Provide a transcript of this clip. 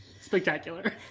Spectacular